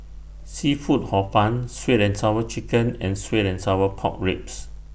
Seafood Hor Fun Sweet and Sour Chicken and Sweet and Sour Pork Ribs